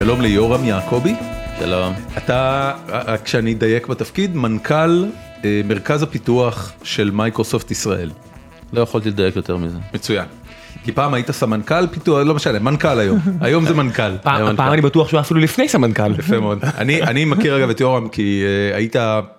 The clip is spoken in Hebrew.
שלום ליורם יעקבי שלום אתה רק שאני אדייק בתפקיד מנכל מרכז הפיתוח של מייקרוסופט ישראל. לא יכולתי לדייק יותר מזה מצוין כי פעם היית סמנכל פתאום לא משנה מנכל היום היום זה מנכל פעם אני בטוח שהוא אפילו לפני סמנכל אני אני מכיר אגב את יורם כי היית.